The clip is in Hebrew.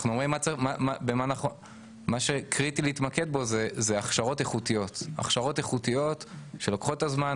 אנחנו אומרים שמה שקריטי להתמקד בו זה הכשרות איכותיות שלוקחות את הזמן.